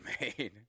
made